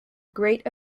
great